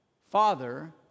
father